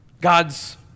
God's